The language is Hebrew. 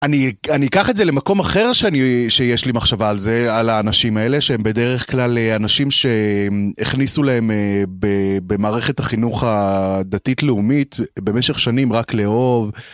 אני אקח את זה למקום אחר שיש לי מחשבה על זה, על האנשים האלה שהם בדרך כלל אנשים שהכניסו להם במערכת החינוך הדתית לאומית במשך שנים רק לאהוב...